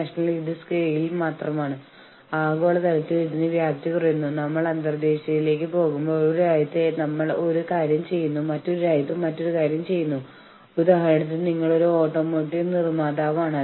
നിയമവിരുദ്ധമായ വിലപേശൽ വിഷയങ്ങൾ എന്നാൽ കുറഞ്ഞത് ഒരു കക്ഷിയെങ്കിലും അവരുടെ അവകാശങ്ങളുടെ ലംഘനമായി അല്ലെങ്കിൽ അവരുടെ നിലനിൽപ്പിന് ഹാനികരമാണെന്ന് കണക്കാക്കുന്ന വിഷയങ്ങളാണ്